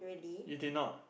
you did not